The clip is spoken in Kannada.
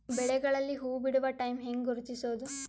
ಬೆಳೆಗಳಲ್ಲಿ ಹೂಬಿಡುವ ಟೈಮ್ ಹೆಂಗ ಗುರುತಿಸೋದ?